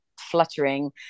fluttering